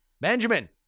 Benjamin